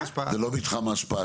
זה לא מתחם ההשפעה.